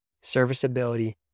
serviceability